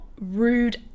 rude